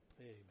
Amen